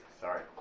sorry